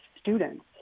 students